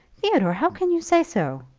theodore, how can you say so?